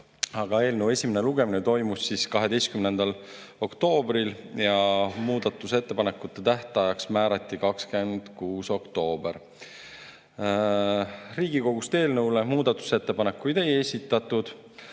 Eelnõu esimene lugemine toimus 12. oktoobril ja muudatusettepanekute tähtajaks määrati 26. oktoober. Riigikogust eelnõu kohta muudatusettepanekuid ei esitatud.